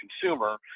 consumer